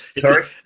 Sorry